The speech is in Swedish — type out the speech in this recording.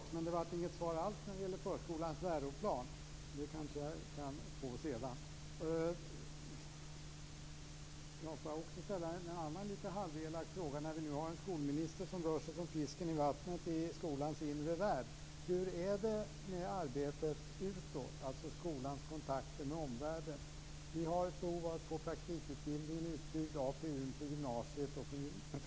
Fru talman! Det duger gott, men det kom inget svar alls när det gäller förskolans läroplan. Det kanske jag kan få sedan. Jag vill ställa en annan halvelak fråga, när vi nu har en skolminister som rör sig som fisken i vattnet i skolans inre värld. Hur är det med arbetet utåt, alltså skolans kontakter med omvärlden? Vi har ett behov av att få praktikutbildningen utbyggd och även APU:n på gymnasiet.